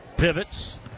pivots